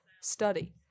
study